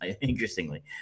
interestingly